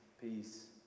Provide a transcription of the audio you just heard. Peace